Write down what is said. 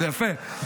יפה.